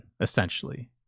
essentially